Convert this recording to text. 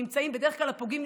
בדרך כלל הפוגעים,